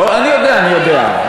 אני יודע, אני יודע.